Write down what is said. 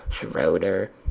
Schroeder